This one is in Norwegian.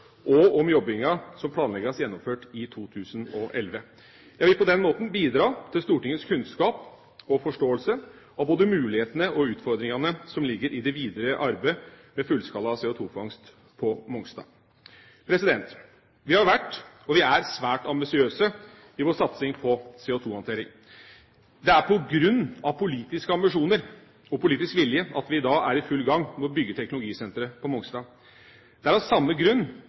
og om arbeidet som planlegges gjennomført i 2011. Jeg vil på den måten bidra til Stortingets kunnskap og forståelse av både mulighetene og utfordringene som ligger i det videre arbeidet med fullskala CO2-fangst på Mongstad. Vi har vært, og vi er, svært ambisiøse i vår satsing på CO2-håndtering. Det er på grunn av politiske ambisjoner og politisk vilje at vi i dag er i full gang med å bygge teknologisenteret på Mongstad. Det er av samme grunn